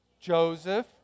Joseph